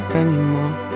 anymore